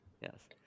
yes